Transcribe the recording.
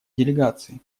делегации